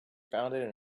founded